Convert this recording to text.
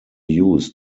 used